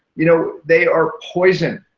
you know they are poison.